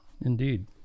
indeed